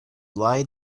lie